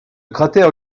cratère